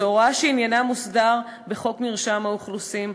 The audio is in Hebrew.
זו הוראה שעניינה מוסדר בחוק מרשם האוכלוסין.